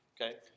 okay